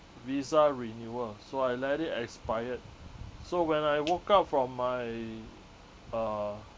visa renewal so I let it expired so when I woke up from my uh